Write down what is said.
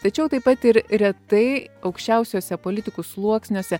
tačiau taip pat ir retai aukščiausiuose politikų sluoksniuose